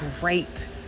great